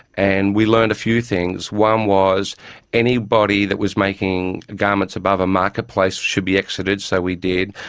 and we learned a few things. one um was anybody that was making garments above a marketplace should be exited. so we did.